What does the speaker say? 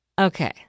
Okay